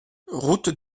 route